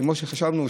כמו שחשבנו,